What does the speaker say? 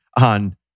on